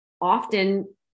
often